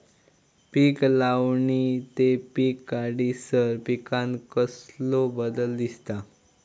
पीक लावणी ते पीक काढीसर पिकांत कसलो बदल दिसता?